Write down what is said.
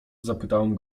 zapytałem